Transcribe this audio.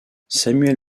samuel